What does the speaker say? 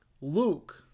luke